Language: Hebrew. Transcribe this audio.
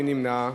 מי נמנע?